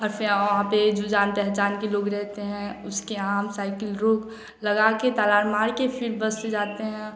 और फिं आँ वहाँ पर जो जान पहचान के लोग रहते हैं उसके यहाँ हम साइकिल रोक लगाकर ताला वाला मारकर फ़िर बस से जाते हैं